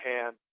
hand